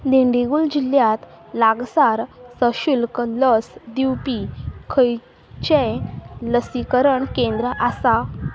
नेडेगूल जिल्ल्यांत लागसार सशुल्क लस दिवपी खंयचे लसीकरण केंद्र आसा